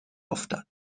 افتاد